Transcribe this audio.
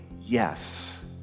yes